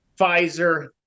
Pfizer